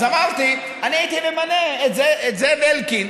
אז אמרתי: אני הייתי ממנה את זאב אלקין,